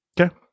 Okay